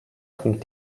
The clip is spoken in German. bringt